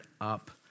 up